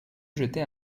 jeter